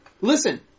listen